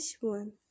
one